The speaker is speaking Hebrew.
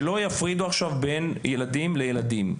שלא יפרידו עכשיו בין ילדים לילדים.